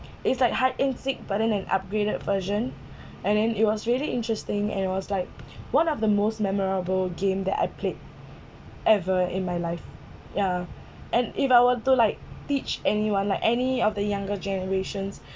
it's like hide and seek but then an upgraded version and then it was really interesting and it was like one of the most memorable game that I played ever in my life yeah and if I were to like teach anyone like any of the younger generations